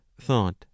Thought